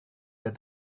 that